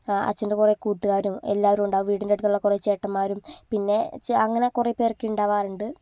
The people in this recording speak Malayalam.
അച്ഛൻറെ കുറെ കൂട്ടുകാരും എല്ലാവരും ഉണ്ടാകും വീടിനടുത്തുള്ള കുറെ ചേട്ടന്മാരും പിന്നെ അങ്ങനെ കുറെ പേരൊക്കെ ഉണ്ടാകാറുണ്ട്